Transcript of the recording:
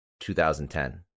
2010